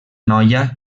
noia